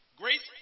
Grace